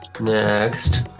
Next